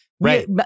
Right